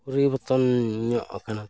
ᱯᱚᱨᱤᱵᱚᱨᱛᱚᱱ ᱧᱚᱜ ᱠᱟᱱᱟ